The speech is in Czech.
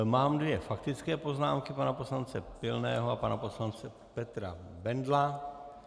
Mám dvě faktické poznámky pana poslance Pilného a pana poslance Petra Bendla.